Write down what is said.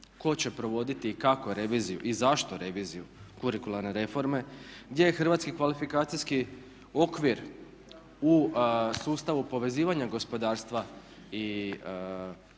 tko će provoditi i kako reviziju i zašto reviziju kurikularne reforme, gdje je hrvatski kvalifikacijski okvir u sustavu povezivanja gospodarstva i